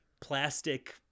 plastic